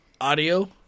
audio